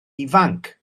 ifanc